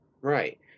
Right